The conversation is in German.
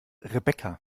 rebecca